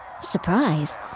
Surprise